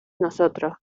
nosotros